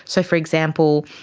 so for example,